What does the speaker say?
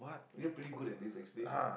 you're pretty good at this actually